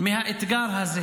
הרמנו את המסך ---- זה,